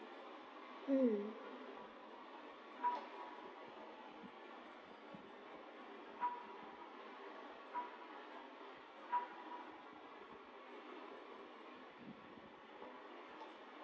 mm